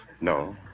No